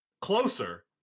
closer